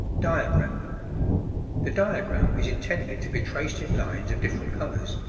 diagram the diagram is intended to be traced in lines of different colours,